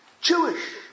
Jewish